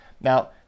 Now